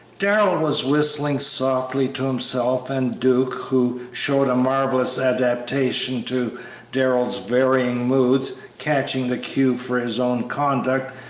darrell was whistling softly to himself, and duke, who showed a marvellous adaptation to darrell's varying moods, catching the cue for his own conduct,